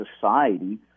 society